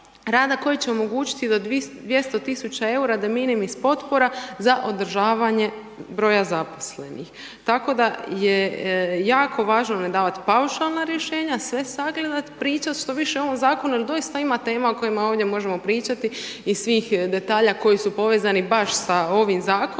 rada koje će omogućiti da 200 000 eura de Minimis potpora za održavanje broja zaposlenih. Tako da je kako važno ne davati paušalna rješenja, sve sagledati, pričat što više o ovom zakonu jer doista ima tema o kojima ovdje možemo pričati i svih detalja koje su povezani baš sa ovim zakonom,